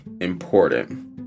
important